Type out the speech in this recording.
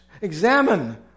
Examine